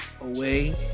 away